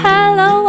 Hello